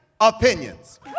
Opinions